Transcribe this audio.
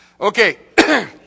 Okay